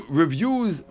reviews